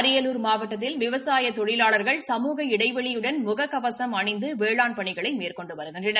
அரியலூர் மாவட்டத்தில் விவசாய தொழிலாளர்கள் சமூக இடைவெளியுடன் முக கவசம் அணிந்து வேளாண் பணிகளை மேற்கொண்டு வருகின்றனர்